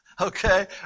Okay